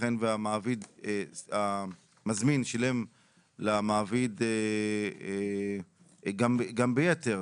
יתכן והמעביד, המזמין שילם למעביד גם ביתר.